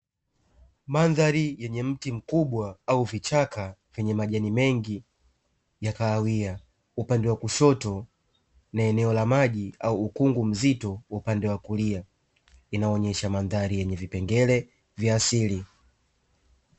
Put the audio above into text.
Mamdahri yenye mti mkubwa au vichaka vyenye majani mengi ya kahawia upande wa kushoto ni eneo la maji au ukungu mzito upande wa kulia inaonyesha mandhari yenye vipengere vingi vya asili.